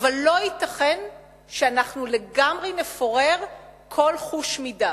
אבל לא ייתכן שאנחנו לגמרי נפורר כל חוש מידה